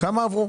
כמה עברו.